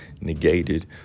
negated